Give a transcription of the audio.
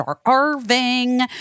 starving